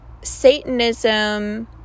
Satanism